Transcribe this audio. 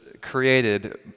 created